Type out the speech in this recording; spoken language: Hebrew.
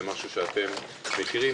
זה משהו שאתם מכירים.